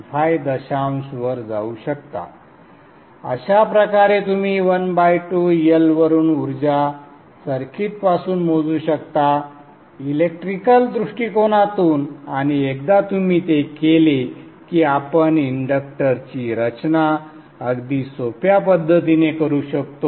25 दशांश वर जाऊ शकता अशा प्रकारे तुम्ही 12L वरून ऊर्जा सर्किटपासून मोजू शकता इलेक्ट्रिकल दृष्टीकोनातून आणि एकदा तुम्ही ते केले की आपण इंडक्टरची रचना अगदी सोप्या पद्धतीने करू शकतो